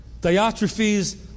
Diotrephes